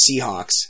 Seahawks